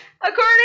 According